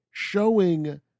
Showing